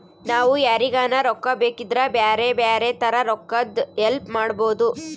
ನಾವು ಯಾರಿಗನ ರೊಕ್ಕ ಬೇಕಿದ್ರ ಬ್ಯಾರೆ ಬ್ಯಾರೆ ತರ ರೊಕ್ಕದ್ ಹೆಲ್ಪ್ ಮಾಡ್ಬೋದು